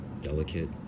delicate